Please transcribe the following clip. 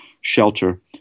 shelter